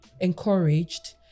encouraged